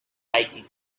biking